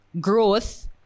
growth